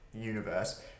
universe